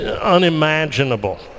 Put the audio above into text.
unimaginable